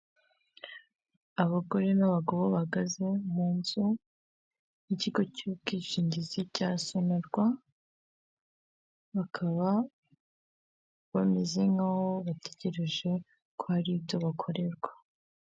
Abagore n'abagabo bahagaze mu nzu y'ikigo cy'ubwishingizi cya sonarwa bakaba bameze nkaho bategereje ko har' ibyo bakorerwa.